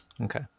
Okay